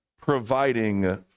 providing